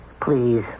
Please